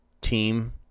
team